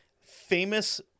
famous